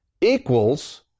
equals